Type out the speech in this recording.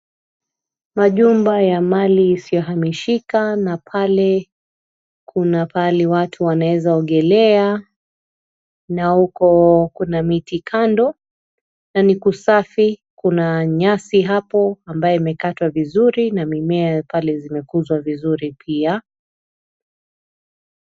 Majumba ya mali isiyohamishika na pale kuna pahali watu wanaeza ogelea na huko kuna miti kando na nikusafi kuna nyasi hapo ambayo imekatwa vizuri na mimea pale zimekuzwa vizuri pia.